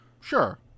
sure